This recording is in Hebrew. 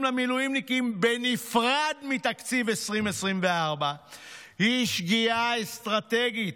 למילואימניקים בנפרד מתקציב 2024 היא שגיאה אסטרטגית.